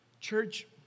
Church